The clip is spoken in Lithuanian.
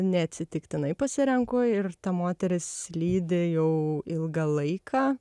neatsitiktinai pasirenku ir ta moteris lydi jau ilgą laiką